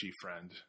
friend